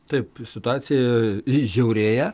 taip situacija žiaurėja